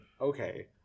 okay